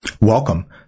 Welcome